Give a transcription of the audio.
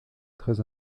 très